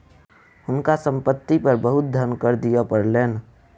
हुनका संपत्ति पर बहुत धन कर दिअ पड़लैन